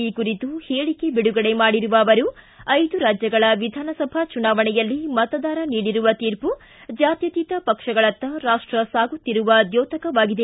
ಈ ಕುರಿತು ಹೇಳಕೆ ಬಿಡುಗಡೆ ಮಾಡಿರುವ ಅವರು ಐದು ರಾಜ್ಯಗಳ ವಿಧಾನಸಭಾ ಚುನಾವಣೆಯಲ್ಲಿ ಮತದಾರ ನೀಡಿರುವ ತೀರ್ಪು ಜಾತ್ಯತೀತ ಪಕ್ಷಗಳತ್ತ ರಾಷ್ಟ ಸಾಗುತ್ತಿರುವುದರ ದ್ಯೋತಕವಾಗಿದೆ